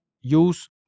use